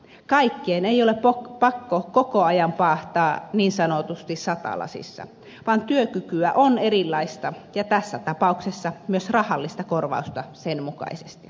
kaikkien ei ole pakko koko ajan paahtaa niin sanotusti sata lasissa vaan työkykyä on erilaista ja tässä tapauksessa myös rahallista korvausta sen mukaisesti